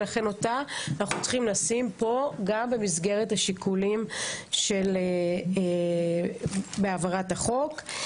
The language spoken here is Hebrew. ולכן אותה אנחנו צריכים לשים פה גם במסגרת השיקולים של בהעברת החוק.